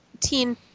teen